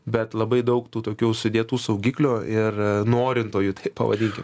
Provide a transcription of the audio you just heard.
bet labai daug tų tokių sudėtų saugiklių ir norintojų taip pavadinkim